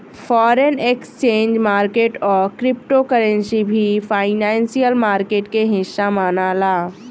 foreign exchange market आ crypto currency भी financial market के हिस्सा मनाला